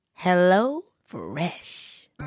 HelloFresh